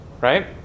Right